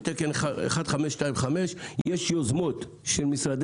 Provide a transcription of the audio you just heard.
ויש תקן 1525. יש יוזמות של משרדי